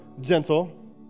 gentle